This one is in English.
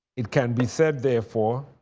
it can be said, therefore,